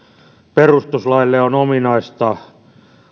perustuslaille on ominaista